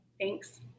Thanks